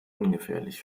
ungefährlich